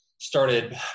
started